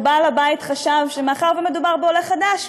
ובעל הבית חשב שמאחר שמדובר בעולה חדש,